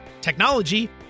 technology